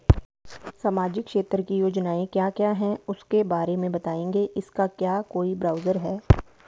सामाजिक क्षेत्र की योजनाएँ क्या क्या हैं उसके बारे में बताएँगे इसका क्या कोई ब्राउज़र है?